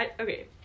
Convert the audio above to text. Okay